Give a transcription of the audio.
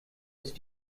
ist